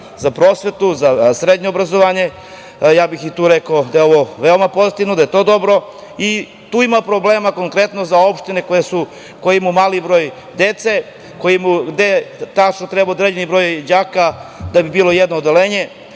za prosvetu, za srednje obrazovanje, ja bih i tu rekao da je ovo veoma pozitivno, da je to dobro i tu ima problema konkretno za opštine koje imaju mali broj dece, kojima treba tačno određen broj đaka da bi bilo jedno odeljenje